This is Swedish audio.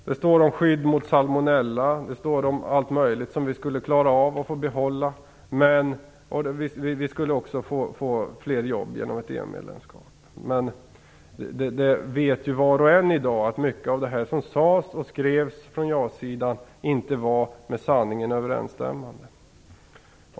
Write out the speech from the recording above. Där står om skydd mot salmonella och om allt möjligt som vi skulle klara av att få behålla samt att vi också skulle få fler jobb genom ett EU-medlemskap. Men var och en vet ju i dag att mycket av det som sades och skrevs från ja sidan inte var med sanningen överensstämmande.